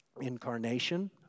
Incarnation